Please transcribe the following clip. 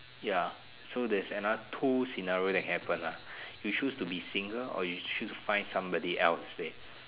ya so there's another two scenario that can be happen ah you choose to be single or you choose find somebody else to stay